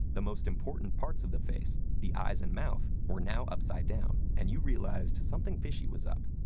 the most important parts of the face, the eyes and mouth, were now upside down, and you realized something fishy was up.